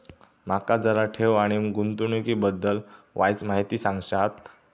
माका जरा ठेव आणि गुंतवणूकी बद्दल वायचं माहिती सांगशात?